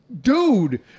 dude